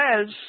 says